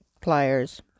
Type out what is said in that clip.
pliers